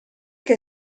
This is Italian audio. che